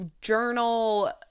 journal